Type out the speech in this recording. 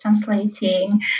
translating